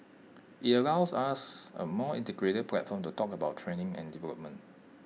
IT allows us A more integrated platform to talk about training and development